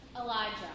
Elijah